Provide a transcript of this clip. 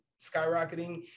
skyrocketing